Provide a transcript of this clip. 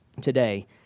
today